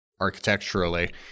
architecturally